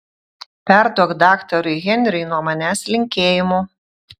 perduok daktarui henriui nuo manęs linkėjimų